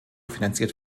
finanziert